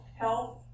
health